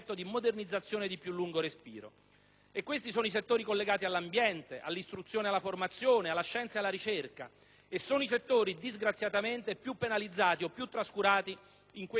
Si tratta dei settori collegati all'ambiente, all'istruzione e alla formazione, alla scienza e alla ricerca, cioè quei settori, disgraziatamente, più penalizzati o più trascurati in questi nove mesi di Governo della destra.